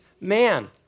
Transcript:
man